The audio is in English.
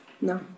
No